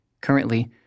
Currently